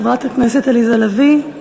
חברת הכנסת עליזה לביא,